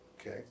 Okay